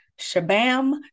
Shabam